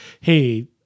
hey